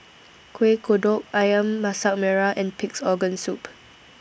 Kueh Kodok Ayam Masak Merah and Pig'S Organ Soup